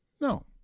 no